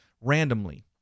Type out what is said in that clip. randomly